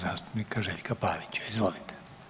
zastupnika Željka Pavića, izvolite.